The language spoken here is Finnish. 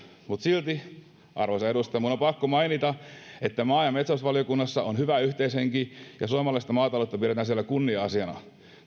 mutta silti arvoisa edustaja minun on pakko mainita että maa ja metsätalousvaliokunnassa on hyvä yhteishenki ja suomalaista maataloutta pidetään siellä kunnia asiana